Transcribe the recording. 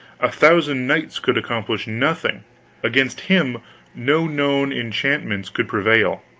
a thousand knights could accomplish nothing against him no known enchantments could prevail.